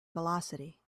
velocity